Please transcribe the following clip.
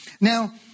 Now